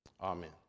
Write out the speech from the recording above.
amen